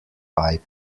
pipe